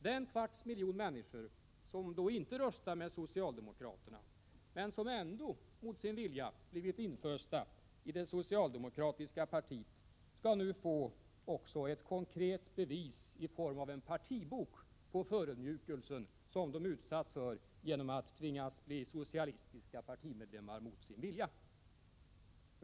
Den kvarts miljon människor som inte röstar med socialdemokraterna men som ändå mot sin vilja blivit infösta i det socialdemokratiska partiet skall nu få ett konkret bevis i form av en partibok på den förödmjukelse som de utsatts för genom att de tvingats bli socialistiska partimedlemmar mot sin vilja.